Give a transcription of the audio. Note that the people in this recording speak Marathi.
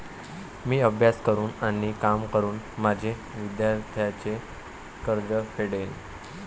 मी अभ्यास करून आणि काम करून माझे विद्यार्थ्यांचे कर्ज फेडेन